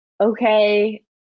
okay